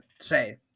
say